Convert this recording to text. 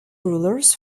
rulers